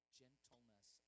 gentleness